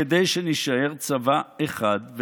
כדי שנישאר צבא אחד,